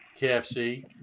KFC